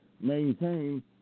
maintain